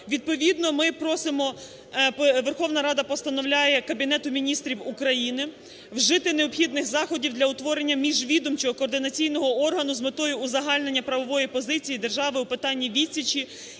Відповідно ми просимо, Верховна Рада постановляє Кабінету Міністрів України вжити необхідних заходів для утворення міжвідомчого координаційного органу з метою узагальнення правової позиції держави у питанні відсічі